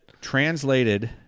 Translated